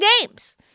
games